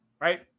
Right